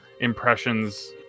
impressions